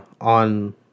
on